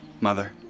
Mother